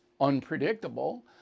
unpredictable